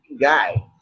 guy